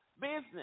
business